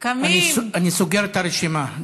אני סוגר את הרשימה.